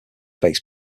base